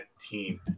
team